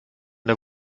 der